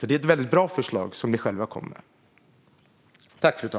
Det förslag som den själv kom med är väldigt bra.